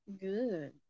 Good